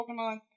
pokemon